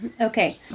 Okay